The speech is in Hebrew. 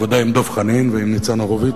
בוודאי עם דב חנין ועם ניצן הורוביץ,